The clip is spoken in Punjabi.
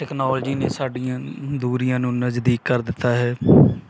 ਟਕਨੋਲਜੀ ਨੇ ਸਾਡੀਆਂ ਦੂਰੀਆਂ ਨੂੰ ਨਜ਼ਦੀਕ ਕਰ ਦਿੱਤਾ ਹੈ